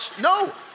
No